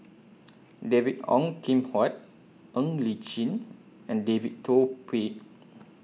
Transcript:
David Ong Kim Huat Ng Li Chin and David Tay Poey